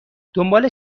دنبال